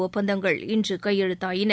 ஒப்பந்தங்கள் இன்று கையெழுத்தாகின